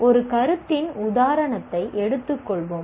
ஒரு கருத்தின் உதாரணத்தை எடுத்துக் கொள்வோம்